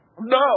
No